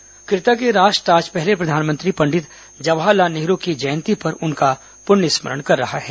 बाल दिवस कृतज्ञ राष्ट्र आज पहले प्रधानमंत्री पंडित जवाहरलाल नेहरू की जयंती पर उनका पुण्य स्मरण कर रहा है